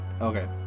okay